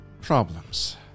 problems